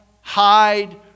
hide